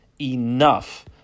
enough